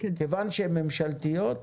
כיוון שהן ממשלתיות,